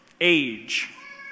Age